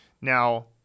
Now